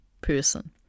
person